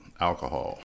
alcohol